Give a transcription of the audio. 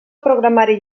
programari